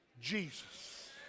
Jesus